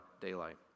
daylight